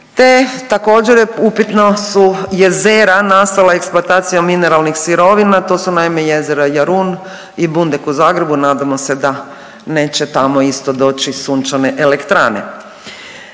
te također upitna su jezera nastala eksploatacijom mineralnih sirovina. To su naime jezera Jarun i Bundek u Zagrebu. Nadamo se da neće tamo isto doći sunčane elektrane.